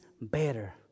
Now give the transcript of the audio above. better